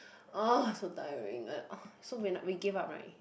so tiring so when we give up [right]